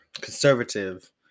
conservative